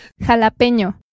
Jalapeño